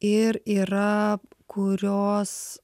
ir yra kurios